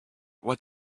what